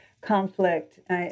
conflict